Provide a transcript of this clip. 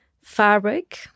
fabric